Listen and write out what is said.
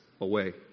away